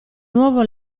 nuovo